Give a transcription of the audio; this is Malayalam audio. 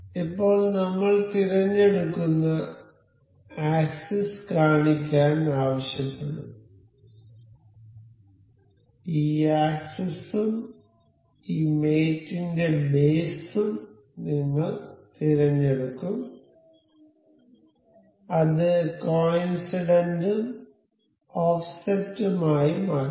ഇപ്പോൾ നമ്മൾ തിരഞ്ഞെടുക്കുന്ന ആക്സിസ് കാണിക്കാൻ ആവശ്യപ്പെടും ഈ ആക്സിസ് ഉം ഈ മേറ്റ് ന്റെ ബേസും നിങ്ങൾ തിരഞ്ഞെടുക്കും അത് കോയിൻസിഡന്റും ഓഫ്സെറ്റുമായി മാറ്റും